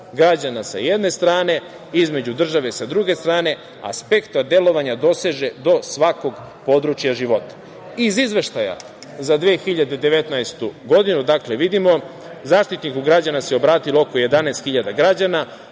građana sa jedne strane i između države, sa druge strane, a spektar delovanja doseže do svakog područja života. Iz Izveštaja za 2019. godinu vidimo da se Zaštitniku građana obratilo oko 11 hiljada građana,